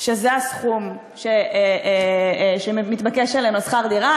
שזה הסכום שמתבקש עליהן לשכר דירה.